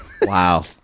Wow